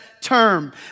term